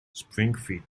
springfield